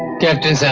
captain?